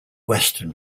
western